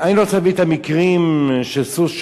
אני לא רוצה להביא את המקרים של סוס שהורעב,